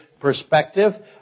perspective